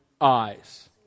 eyes